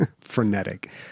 frenetic